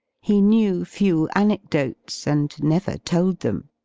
he knew few anecdotes, and never told them.